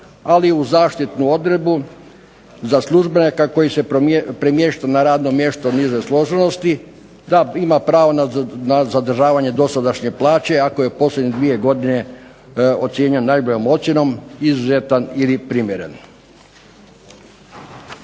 ali u zaštitnu odredbu za službenika koji se premješta radno mjesto niže složenosti da ima pravo na zadržavanje dosadašnje plaće ako je posljednje dvije godine ocijenjen najboljom ocjenom izuzetan ili primjeren.